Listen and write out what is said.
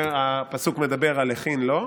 הפסוק מדבר על "הכין לו".